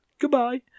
Goodbye